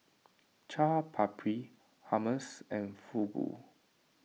Chaat Papri Hummus and Fugu